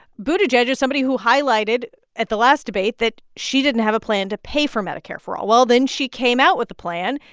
buttigieg is somebody who highlighted at the last debate that she didn't have a plan to pay for medicare for all. well, then she came out with a plan.